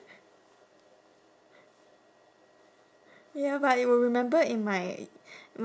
ya but it will remember in my